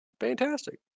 Fantastic